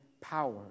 power